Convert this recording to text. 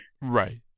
right